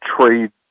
trade